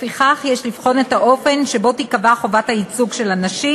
לפיכך יש לבחון את האופן שבו תיקבע חובת הייצוג של הנשים.